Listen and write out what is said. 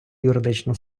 юридичну